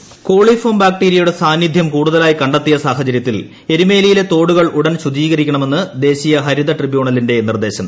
Erumeli coliform ബാക്ടീരിയയുടെ സാന്നിദ്ധ്യം കൂടുതലായി കണ്ടെത്തിയ സാഹചര്യത്തിൽ എരുമേലിയിലെ തോടുകൾ ഉടൻ ശുചീകരിക്കണമെന്ന് ദേശ്ീയ ഹരിത ട്രിബ്യൂണലിന്റെ നിർദ്ദേശം